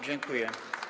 Dziękuję.